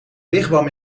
wigwam